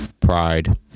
Pride